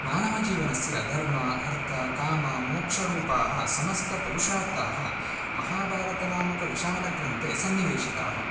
मानवजीवनस्य धर्म अर्थकाममोक्षरूपाः समस्तपुरुषार्थाः महाभारतनामकविशालग्रन्थे सन्निवेशिताः